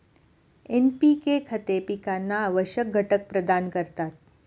NPK खते पिकांना आवश्यक घटक प्रदान करतात